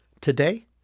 Today